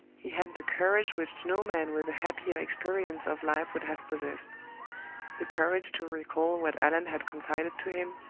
he had the courage which no man with a happier experience of life would have possessed the courage to recall what allan had confided to him,